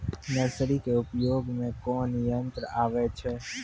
Nursery के उपयोग मे कोन यंत्र आबै छै?